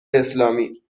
اسلامی